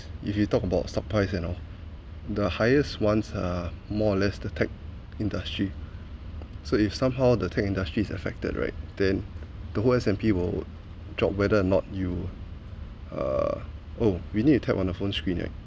if you talk about supplies you know the highest ones are more or less the tech industry so if somehow the tech industry is affected right then the whole S_&_P will drop whether or not you uh oh we need to tap on the phone screen eh